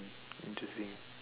interesting